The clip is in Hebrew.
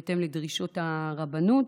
בהתאם לדרישות הרבנות.